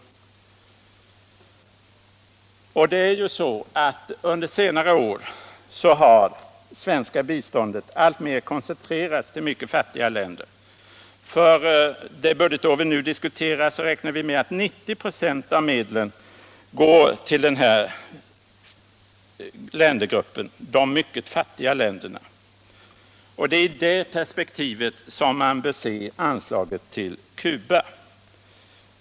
Under senare år har också det svenska biståndet alltmer koncentrerats till mycket fattiga länder. För det budgetår vi nu diskuterar räknar vi med att 90 96 av medlen går till ländergruppen de mycket fattiga länderna. Det är i det perspektivet som man bör se anslaget till Cuba.